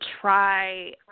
try